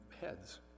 heads